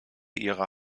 ihrer